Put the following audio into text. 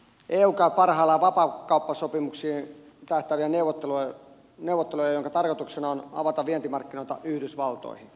eu käy parhaillaan vapaakauppasopimuksiin tähtääviä neuvotteluja joiden tarkoituksena on avata vientimarkkinoita yhdysvaltoihin